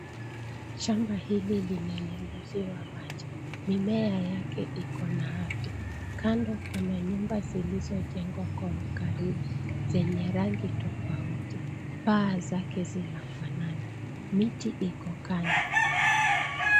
Shamba hili lina nyunyuziwa maji ,mimea yake iko na afya . Kando kuna nyumba zilizojengwa kwa ukaribu zenye rangi tofauti. Paa zake zinafuanana miti iko kando.